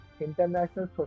International